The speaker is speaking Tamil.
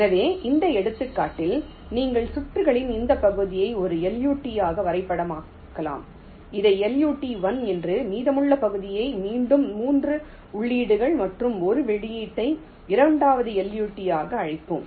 எனவே இந்த எடுத்துக்காட்டில் நீங்கள் சுற்றுகளின் இந்த பகுதியை ஒரு LUT ஆக வரைபடமாக்கலாம் இதை LUT 1 என்றும் மீதமுள்ள பகுதியை மீண்டும் 3 உள்ளீடுகள் மற்றும் ஒரு வெளியீட்டை இரண்டாவது LUT ஆகவும் அழைப்போம்